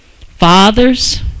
Fathers